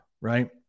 right